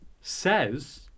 says